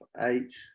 eight